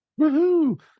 Woohoo